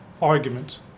argument